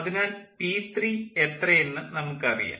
അതിനാൽ പി 3 എത്രയെന്ന് അറിയാം